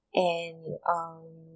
and um